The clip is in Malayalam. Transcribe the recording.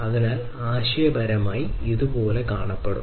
അതിനാൽ ആശയപരമായി ഇത് ഇതുപോലെ കാണപ്പെടും